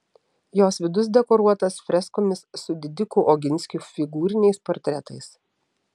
jos vidus dekoruotas freskomis su didikų oginskių figūriniais portretais